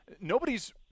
Nobody's